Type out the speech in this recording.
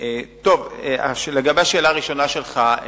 לגבי השאלה הראשונה שלך,